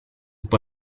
può